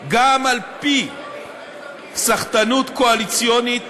גם על-פי סחטנות קואליציונית